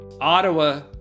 Ottawa